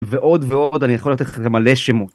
ועוד ועוד, אני יכול לתת לך גם מלא שמות